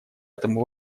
этому